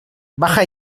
baja